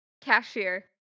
Cashier